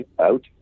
out